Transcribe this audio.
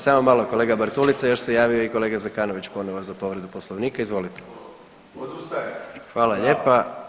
Samo malo kolega Bartulica, još se javio i kolega Zekanović ponovo za povredu Poslovnika, izvolite. ... [[Upadica se ne čuje.]] Hvala lijepa.